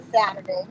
Saturday